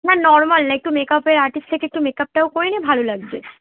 না নর্মাল একটু মেকআপের আর্টিস্ট থেকে একটু মেকআপটাও করিয়ে নে ভালো লাগবে